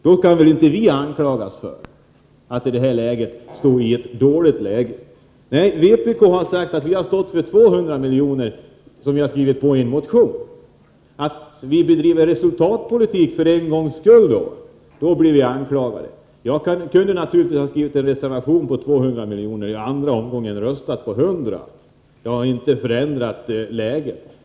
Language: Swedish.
Då kan väl inte vi i vpk anklagas för att landet nu befinner sig i ett dåligt läge. Vpk har föreslagit 200 milj.kr. — det har vi skrivit i en motion. Men när vi för en gångs skull bedriver resultatpolitik blir vi anklagade för detta. Jag kunde naturligtvis ha skrivit en reservation till förmån för 200 miljoner och i andra omgången röstat för 100 miljoner i stället. Det hade inte förändrat läget.